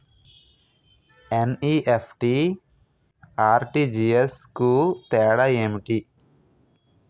NEFT, RTGS కు తేడా ఏంటి?